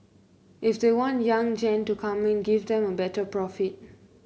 if they want young gen to come in give them a better profit